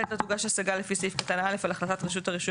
(ב)לא תוגש השגה לפי סעיף קטן (א) על החלטת רשות הרישוי